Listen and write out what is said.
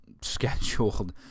scheduled